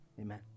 Amen